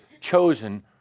chosen